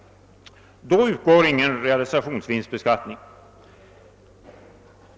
Då utgår ingen realisationsvinstbeskattning.